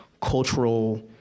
cultural